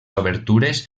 obertures